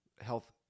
Health